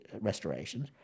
restorations